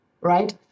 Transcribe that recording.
right